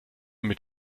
mit